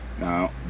Now